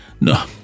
No